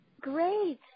Great